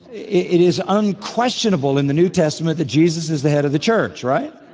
it is unquestionable in the new testament that jesus is the head of the church, right?